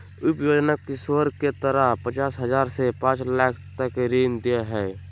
उप योजना किशोर के तहत पचास हजार से पांच लाख तक का ऋण दे हइ